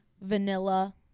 vanilla